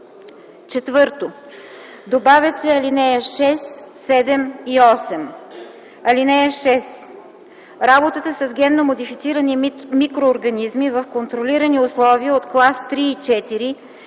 4. Добавят се ал. 6, 7 и 8: „(6) Работата с генно модифицирани микроорганизми в контролирани условия от клас 3 и 4 и